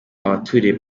abaturiye